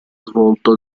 svolto